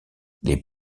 les